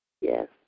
Yes